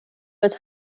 was